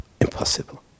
impossible